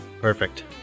Perfect